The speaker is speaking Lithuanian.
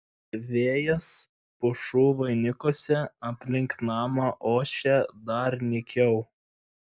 vėjas pušų vainikuose aplink namą ošė dar nykiau